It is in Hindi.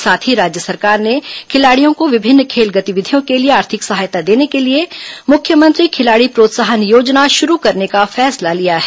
साथ ही राज्य सरकार ने खिलाड़ियों को विभिन्न खेल गतिविधियों के लिए आर्थिक सहायता देने के लिए मुख्यमंत्री खिलाड़ी प्रोत्साहन योजना शुरू करने का फैसला लिया है